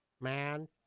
Man